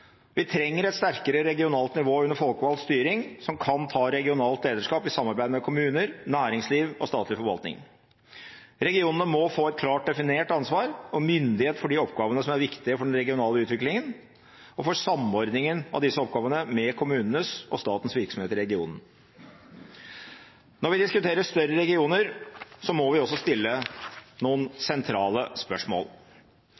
Vi trenger et sterkere regionalt nivå under folkevalgt styring som kan ta regionalt lederskap i samarbeid med kommuner, næringsliv og statlig forvaltning. Regionene må få klart definert ansvar og myndighet for de oppgavene som er viktige for den regionale utviklingen, og for samordningen av disse oppgavene med kommunenes og statens virksomhet i regionen. Når vi diskuterer større regioner, må vi også stille